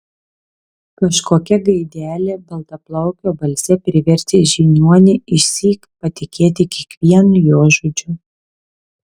kažkokia gaidelė baltaplaukio balse privertė žiniuonį išsyk patikėti kiekvienu jo žodžiu